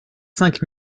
cinq